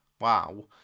Wow